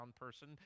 person